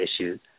issues